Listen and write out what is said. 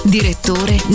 Direttore